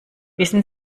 wissen